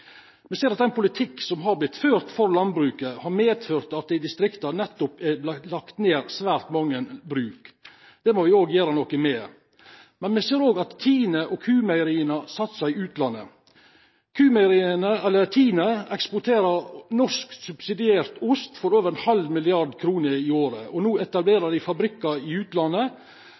Vi ser at den politikk som har blitt ført for landbruket, har medført at det i distriktene nettopp er lagt ned svært mange bruk. Det må vi gjøre noe med. Vi ser også at TINE og Q-Meieriene satser i utlandet. TINE eksporterer norsk subsidiert ost for over en halv milliard kroner i året, og nå etablerer de fabrikker i utlandet